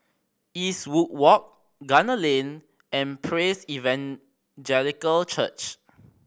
Eastwood Walk Gunner Lane and Praise Evangelical Church